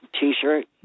T-shirt